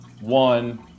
one –